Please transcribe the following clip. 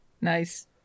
nice